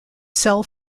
cell